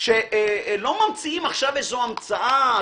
לא ממציאים עכשיו איזו המצאה.